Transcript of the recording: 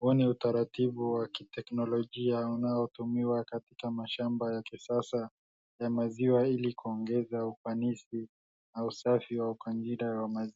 huo ni utaratibu wa kitechnologia unaotumiwa katika mashamba ya kisasa ya maziwa ili kuongeza ufanisi na usafi wa ukanida wa maziwa.